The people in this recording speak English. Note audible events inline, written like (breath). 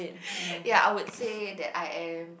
(breath) ya I would say that I am